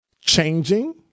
changing